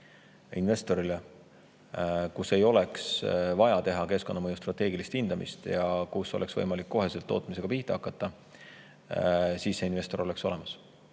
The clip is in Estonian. hektarit, kus ei oleks vaja teha keskkonnamõju strateegilist hindamist ja kus oleks võimalik kohe tootmisega pihta hakata, siis see investor oleks olemas.